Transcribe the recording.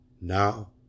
Now